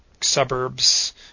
suburbs